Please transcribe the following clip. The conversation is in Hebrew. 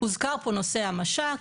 הוזכר פה נושא המש"ק,